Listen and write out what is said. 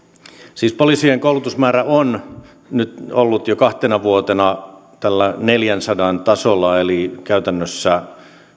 poliisien koulutusmäärä on nyt ollut jo kahtena vuotena tällä neljänsadan tasolla eli käytännössä